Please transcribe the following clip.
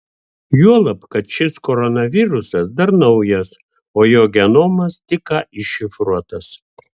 juolab šis koronavirusas dar naujas jo genomas tik ką iššifruotas